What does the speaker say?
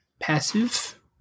Passive